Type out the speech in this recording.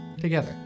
together